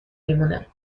میمونه